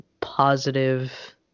positive